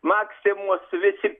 maximos visi